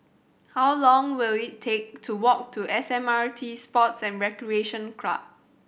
how long will it take to walk to S M R T Sports and Recreation Club